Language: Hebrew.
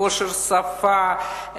כושר שפה,